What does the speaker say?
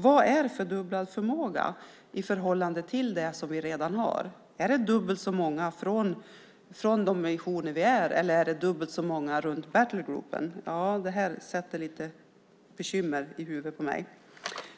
Vad är fördubblad förmåga i förhållande till det vi redan har? Är det dubbelt så många i de missioner vi har, eller är det dubbelt så många runt Battlegroup? Det här skapar lite bekymmer i huvudet på mig.